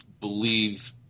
believe